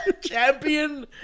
champion